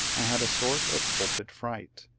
i had a sort of pulpit-fright.